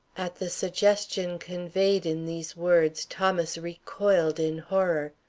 at the suggestion conveyed in these words thomas recoiled in horror.